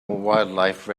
wildlife